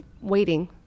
waiting